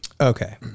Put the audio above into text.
okay